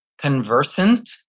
conversant